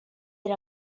era